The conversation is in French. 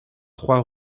trois